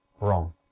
wrong